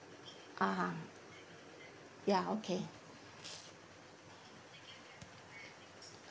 (uh huh) ya okay